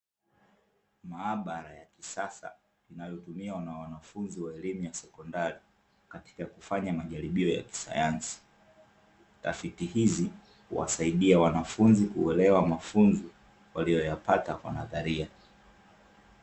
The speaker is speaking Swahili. Maabara ya kisasa inayotumiwa na wanafunzi wa elimu ya sekondari, katika kufanya majaribio ya kisayansi. Tafiti hizi huwasaidia wanafunzi kuelewa mafunzo waliyoyapata kwa nadharia.